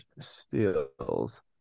steals